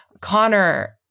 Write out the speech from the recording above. Connor